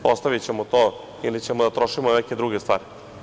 Ostavićemo to ili ćemo da trošimo na neke druge stvari.